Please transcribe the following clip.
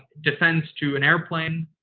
defense to an airplane.